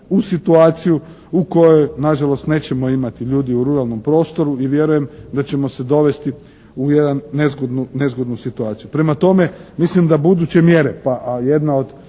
u situaciju u kojoj na žalost nećemo imati ljudi u ruralnom prostoru i vjerujem da ćemo se dovesti u jednu nezgodnu situaciju. Prema tome, mislim da buduće mjere, a jedna od